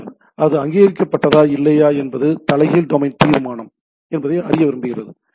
பின்னர் அது அங்கீகரிக்கப்பட்டதா இல்லையா என்பது தலைகீழ் டொமைன் தீர்மானம் என்பதை அறிய விரும்புகிறது